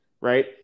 right